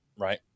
Right